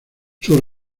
sus